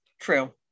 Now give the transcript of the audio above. true